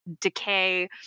decay